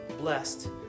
blessed